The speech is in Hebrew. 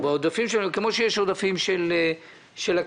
כמו שיש עודפים של הכנסת.